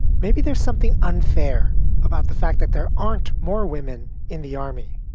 maybe there's something unfair about the fact that there aren't more women in the army,